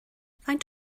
faint